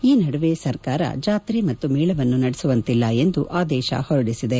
ಈ ನಡುವೆ ಸರ್ಕಾರ ಜಾತ್ರೆ ಮತ್ತು ಮೇಳವನ್ನು ನಡೆಸುವಂತಿಲ್ಲ ಎಂದು ಆದೇಶ ಹೊರಡಿಸಿದೆ